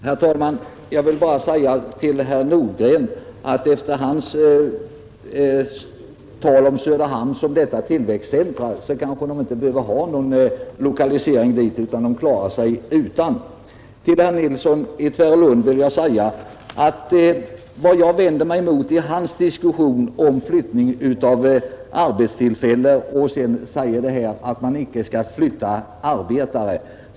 Herr talman! Jag vill bara säga till herr Nordgren att efter hans tal om Söderhamn såsom tillväxtcentrum kanske man inte behöver någon lokalisering dit, utan Söderhamn klarar sig ändå. Herr Nilsson i Tvärålund talade om flyttningen av arbetstillfällen och sade att man inte skall flytta arbetare.